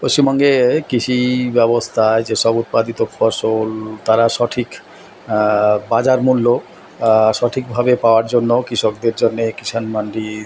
পশ্চিমবঙ্গে কৃষি ব্যবস্থায় যেসব উৎপাদিত ফসল তারা সঠিক বাজার মূল্য সঠিকভাবে পাওয়ার জন্য কৃষকদের জন্যে কিষাণ মান্ডি